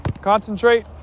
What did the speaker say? Concentrate